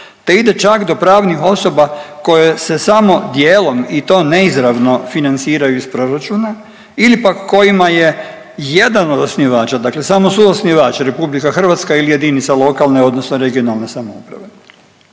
te ide čak do pravnih osoba koje se samo dijelom i to neizravno financiraju iz proračuna ili pak kojima je jedan od osnivača dakle samo suosnivač RH ili jedinica lokalne odnosno regionalne samouprave.